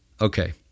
okay